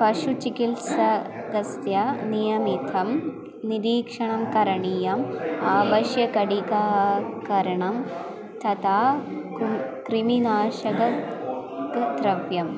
पशुचिकित्सा तस्य नियमितं निरीक्षणं करणीयम् आवश्यकटीकाकरणं थरा कुण् क्रिमिनाशकद्रव्यं